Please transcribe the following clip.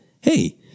Hey